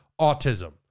autism